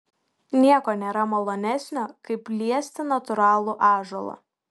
nieko nėra malonesnio kaip liesti natūralų ąžuolą